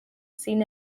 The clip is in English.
seen